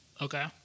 Okay